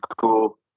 cool